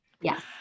Yes